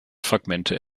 fragmente